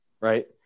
right